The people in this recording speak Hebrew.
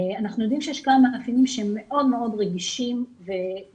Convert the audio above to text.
אנחנו יודעים שיש כמה מאפיינים שהם מאוד מאוד רגישים והם